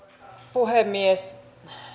puhemies